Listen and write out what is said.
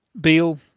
Beal